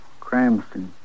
Cramston